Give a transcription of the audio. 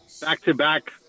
back-to-back